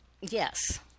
Yes